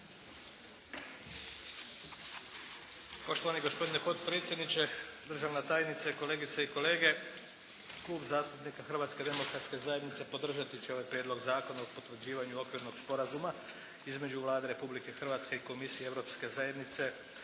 Poštovani gospodine potpredsjedniče, državna tajnice, kolegice i kolege. Klub zastupnika Hrvatske demokratske zajednice podržati će ovaj Prijedlog zakona o potvrđivanju Okvirnog sporazuma između Vlade Republike Hrvatske i komisije Europske zajednice